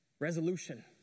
resolution